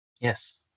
Yes